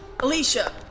Alicia